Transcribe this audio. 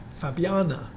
Fabiana